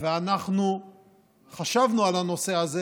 אנחנו חשבנו על הנושא הזה